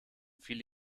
viele